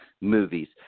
movies